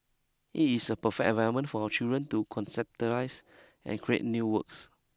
it is a perfect environment for our children to conceptualise and create new works